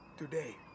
Today